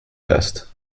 best